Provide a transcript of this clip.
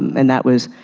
and that was